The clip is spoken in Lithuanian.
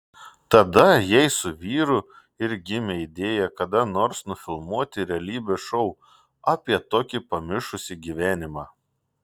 tada jai su vyru ir gimė idėja kada nors nufilmuoti realybės šou apie tokį pamišusį gyvenimą